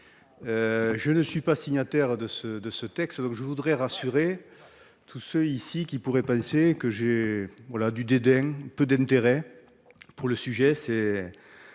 Je ne suis pas signataire de ce de ce texte. Donc je voudrais rassurer tous ceux ici qui pourraient penser que j'ai voilà du dédain peu d'intérêt pour le sujet